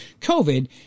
COVID